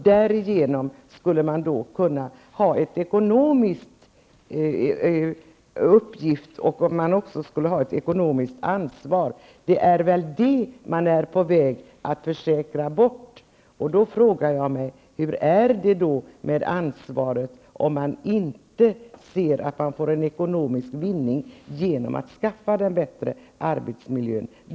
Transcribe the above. Därigenom skulle företagen ha en ekonomisk uppgift och ett ekonomiskt ansvar, vilket man nu är på väg att försäkra bort. Jag frågar mig därför: Hur är det med ansvaret om man inte ser att man får en ekonomisk vinning genom att skapa en bättre arbetsmiljö?